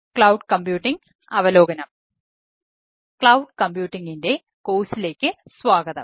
cloud കമ്പ്യൂട്ടിംഗിൻറെ കോഴ്സിലേക്ക് സ്വാഗതം